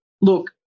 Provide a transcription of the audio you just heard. Look